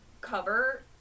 cover